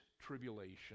tribulation